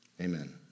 amen